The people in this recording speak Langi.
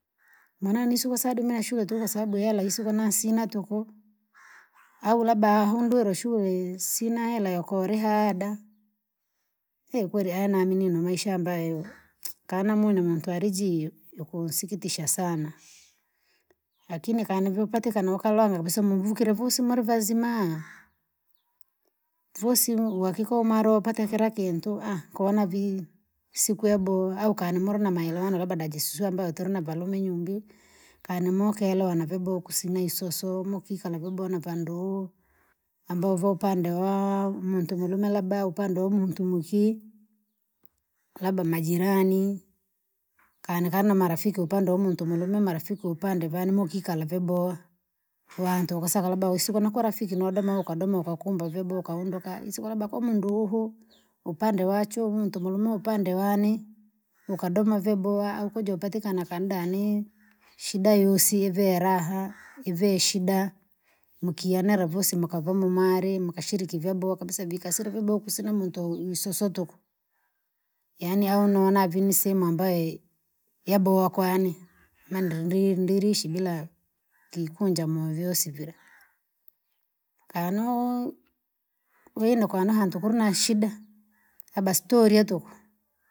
maana nise ukasa nadome nashure tuku sababu ya rahuhisi ukana sina tuku. au labda ahundule shule i- sina hera yakole hada yeukweli anamini nimaisha ambayo kana mundu muntwale jio, yukunsikitisha sana, lakini kana vii upatikana ukalonga kabisa muvukire vusi mari vaziama!, vusi wakiko mara upata kira kintu kona vii, siku yabowa au kani mulina namaelewano labda najisusu ambayo tulina valume nyumbii, kani mokelewana vyabowa ukusina isoso mukikala vyabowa na vanduu. Ambavo upande waa muntu mulume labda, upande wa muntu muki, labda majirani, kani kana marafiki upand wa muntu mulume marafiki upande vani mukikala vyabowa, wantu ukusaka labda usiko nakola fiki nodoma ukadoma ukakumba vyabowa ukahunduka isiko labda kwamundu huhu. Upande wachu muntu mulume upande wane, ukadoma vyabowa au ukuja upatikana kandani shida yusi ive raha ive shida, mukienera vosi mukava mumware mukashiriki vyabowa kabisa vikasile vyabowa kusina muntu isoso tuku, yaani au nona vii nisehemu ambaye, yabowa kwane, nadri ndilishi bila, kikunja muvyosi vila, kano wino kana hantu kulina shida labda stori ya tuku.